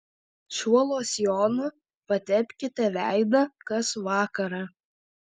šiuo losjonu patepkite veidą kas vakarą